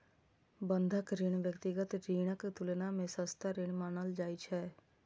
बंधक ऋण व्यक्तिगत ऋणक तुलना मे सस्ता ऋण मानल जाइ छै